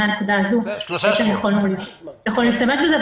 מהנקודה הזו אתה יכול להשתמש בזה.